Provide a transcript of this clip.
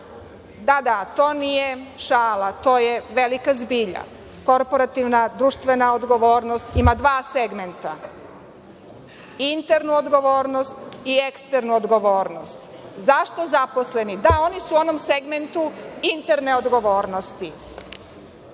Da, da, to nije šala, to je velika zbilja. Korporativna društvena odgovornost ima dva segmenta – internu odgovornost i eksternu odgovornost.Zašto zaposleni? Da, oni su u onom segmentu interne odgovornosti.